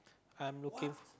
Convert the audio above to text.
I'm looking